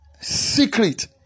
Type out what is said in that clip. secret